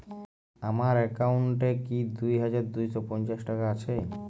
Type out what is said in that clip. আমার অ্যাকাউন্ট এ কি দুই হাজার দুই শ পঞ্চাশ টাকা আছে?